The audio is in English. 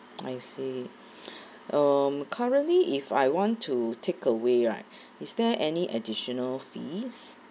I see um currently if I want to takeaway right is there any additional fees